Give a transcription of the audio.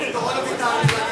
דורון אביטל.